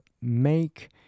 make